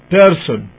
person